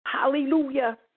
Hallelujah